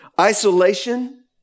isolation